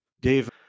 Dave